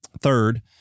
third